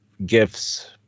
Gifts